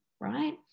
right